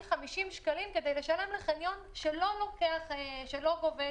50 שקלים כדי לשלם בחניון שלא גובה באשראי.